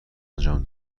انجام